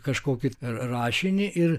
kažkokį rašinį ir